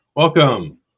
Welcome